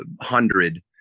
hundred